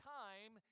time